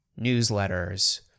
newsletters